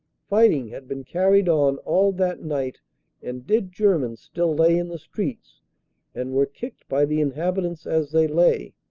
fighting had been carried on all that night and dead germans still lay in the streets and were kicked by the inhabitants as they lay,